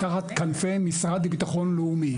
תחת כנפי המשרד לביטחון לאומי.